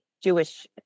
Jewish